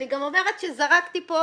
אני גם אומרת שזרקתי פה